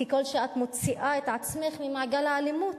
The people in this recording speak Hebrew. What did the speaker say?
ככל שאת מוציאה את עצמך ממעגל האלימות,